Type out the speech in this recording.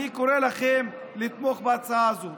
אני קורא לכם לתמוך בהצעה הזאת.